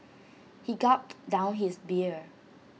he gulped down his beer